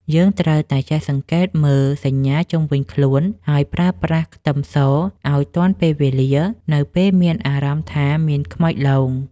យើងត្រូវចេះសង្កេតមើលសញ្ញាជុំវិញខ្លួនហើយប្រើប្រាស់ខ្ទឹមសឱ្យទាន់ពេលវេលានៅពេលមានអារម្មណ៍ថាមានខ្មោចលង។